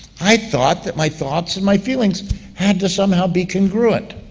i thought that my thoughts and my feelings had to somehow be congruent.